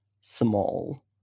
small